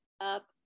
up